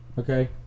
Okay